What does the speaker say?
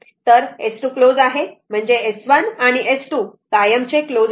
तर S 2 close आहे म्हणजे S1 आणि S 2 कायमचे क्लोज आहेत